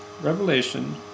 revelation